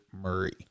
Murray